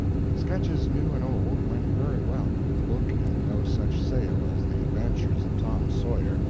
sketches new and old went very well, but the book had no such sale as the adventures of tom sawyer,